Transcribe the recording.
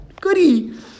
Goody